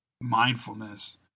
mindfulness